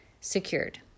Secured